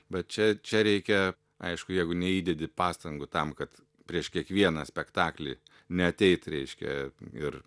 bet čia čia reikia aišku jeigu neįdedi pastangų tam kad prieš kiekvieną spektaklį neateit reiškia ir